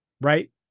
Right